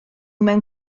mewn